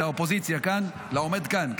זה האופוזיציה כאן.